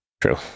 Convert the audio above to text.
True